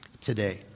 today